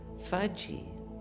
fudgy